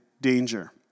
danger